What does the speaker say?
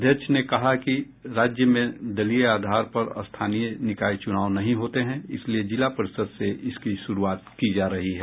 अध्यक्ष ने कहा कि राज्य में दलीय आधार पर स्थानीय निकाय चुनाव नहीं होते हैं इसलिए जिला परिषद से इसकी शुरूआत की जा रही है